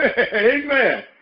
Amen